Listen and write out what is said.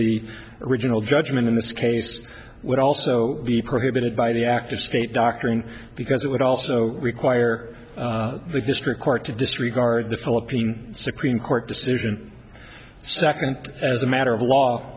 the original judgment in this case would also be prohibited by the act of state doctoring because it would also require the district court to disregard the philippine supreme court decision second as a matter of law